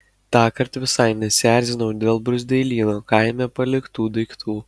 tąkart visai nesierzinau dėl bruzdeilyno kaime paliktų daiktų